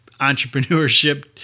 entrepreneurship